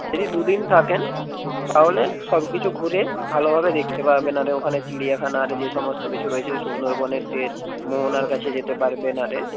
যদি দুদিন থাকেন তাহলে সব কিছু ঘুরে ভালোভাবে দেখতে পারবেন আরে ওখানে চিড়িয়াখানা আরে যে সমস্ত কিছু রয়েছে সুন্দরবনের টেস্ট মোহনার কাছে যেতে পারবেন আরে